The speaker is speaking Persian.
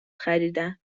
خریدن